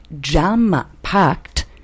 jam-packed